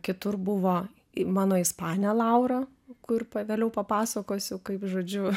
kitur buvo mano ispanė laura kur pagaliau papasakosiu kaip žodžiu